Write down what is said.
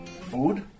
Food